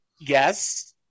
yes